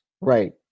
Right